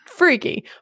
Freaky